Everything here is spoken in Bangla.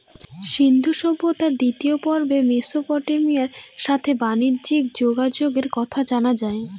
সিন্ধু সভ্যতার দ্বিতীয় পর্বে মেসোপটেমিয়ার সাথে বানিজ্যে যোগাযোগের কথা জানা যায়